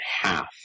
half